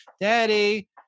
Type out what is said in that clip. daddy